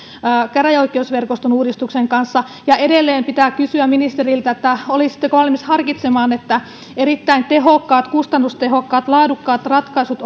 käräjäoikeusverkoston uudistuksen kanssa ja edelleen pitää kysyä ministeriltä olisitteko valmis harkitsemaan että erittäin tehokkaat kustannustehokkaat laadukkaat ratkaisut